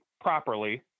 properly